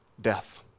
death